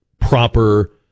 proper